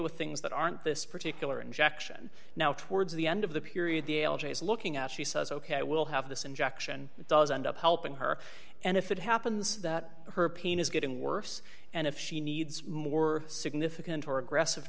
with things that aren't this particular injection now towards the end of the period the algae is looking at she says ok we'll have this injection it does end up helping her and if it happens that her pain is getting worse and if she needs more significant or aggressive